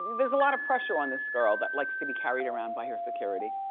there's a lot of pressure on this girl that likes to be carried around by her security.